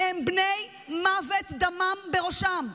הם בני מוות, דמם בראשם.